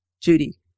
Judy